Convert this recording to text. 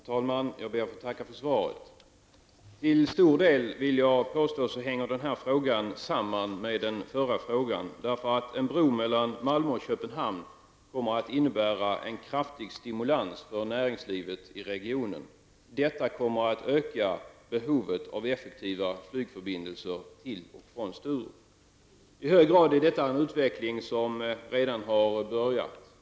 Herr talman! Jag ber att få tacka för svaret. Till stor del hänger denna fråga samman med den förra frågan. En bro mellan Malmö och Köpenhamn kommer att innebära en kraftig stimulans för näringslivet i regionen och kommer att öka behovet av effektiva flygförbindelser till och från Sturup. Detta är i hög grad en utveckling som redan har börjat.